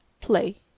play